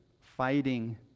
fighting